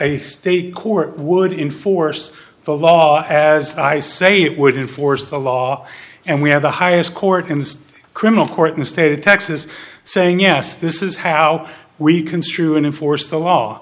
a state court would in force the law as i say it would in force of the law and we have the highest court in the criminal court in the state of texas saying yes this is how we construe and enforce the law